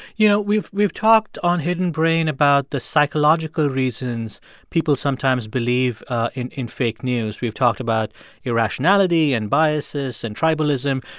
you know, we've we've talked on hidden brain about the psychological reasons people sometimes believe in in fake news. we've talked about irrationality and biases and tribalism.